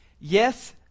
Yes